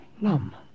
Lum